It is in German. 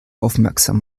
aufmerksam